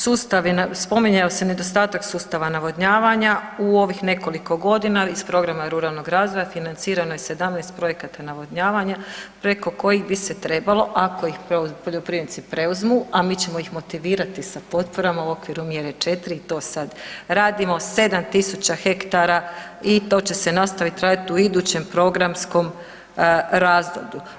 Spominjao se nedostatak sustava navodnjavanja, u ovih nekoliko godina, iz programa ruralnog razvoja, financirano je 17 projekata navodnjavanja preko kojih bi se trebalo ako ih poljoprivrednici preuzmu a mi ćemo ih motivirati sa potporama au okviru mjere 4. i to sad radimo, 7000 ha i to će nastavit radit u idućem programskom razdoblju.